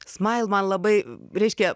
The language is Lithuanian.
smail man labai reiškia